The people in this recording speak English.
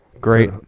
Great